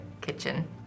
kitchen